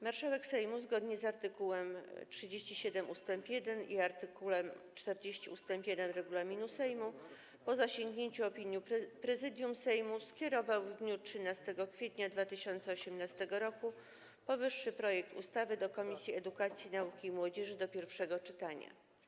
Marszałek Sejmu zgodnie z art. 37 ust. 1 i art. 40 ust. 1 regulaminu Sejmu, po zasięgnięciu opinii Prezydium Sejmu, skierował w dniu 13 kwietnia 2018 r. powyższy projekt ustawy do Komisji Edukacji, Nauki i Młodzieży do pierwszego czytania.